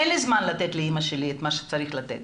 אין לי זמן לתת לאימא שלי את מה שצריך לתת